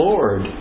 Lord